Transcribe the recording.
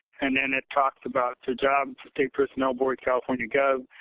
and then it talks about the job the state personnel board, california gov.